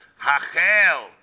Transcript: Hachel